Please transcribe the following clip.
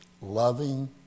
loving